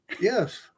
Yes